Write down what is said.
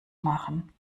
machen